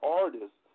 artists